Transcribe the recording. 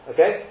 Okay